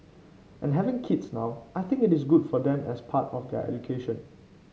and having kids now I think it is good for them as part of their education